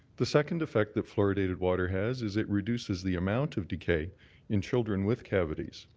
the second effect that fluoridated water has is it reduces the amount of decay in children with cavities.